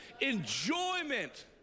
enjoyment